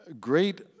great